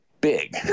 big